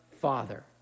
Father